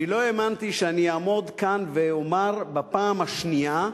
אני לא האמנתי שאני אעמוד כאן ואומר בפעם השנייה: